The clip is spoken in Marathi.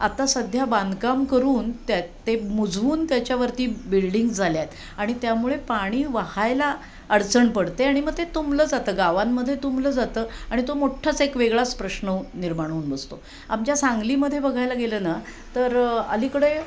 आता सध्या बांधकाम करून त्यात ते बुजवून त्याच्यावरती बिल्डिंग झाल्या आहेत आणि त्यामुळे पाणी वाहायला अडचण पडते आणि मग ते तुंबलं जातं गावांमध्ये तुंबलं जातं आणि तो मोठ्ठाच एक वेगळाच प्रश्न निर्माण होऊन बसतो आमच्या सांगलीमध्ये बघायला गेलं ना तर अलीकडे